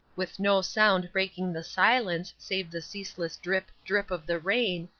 with no sound breaking the silence save the ceaseless drip, drip of the rain,